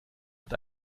wird